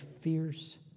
fierce